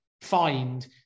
find